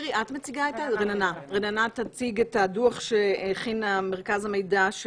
רננה תציג את הדוח שהכין מרכז המידע של